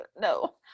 No